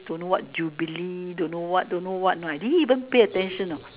don't know what Jubilee don't know don't know I didn't even pay attention you know